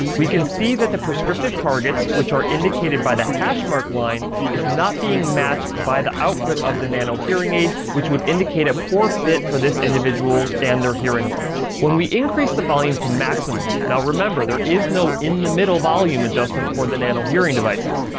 we can see that the prescriptive targets, which are indicated by the hash mark line, is not being matched by the output of the nano hearing aid, which would indicate a poor fit for this individual and their hearing loss. when we increase the volume to maximum, now remember, there is no in the middle volume adjustment for the nano hearing devices,